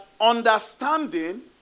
understanding